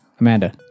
Amanda